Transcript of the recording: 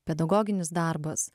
pedagoginis darbas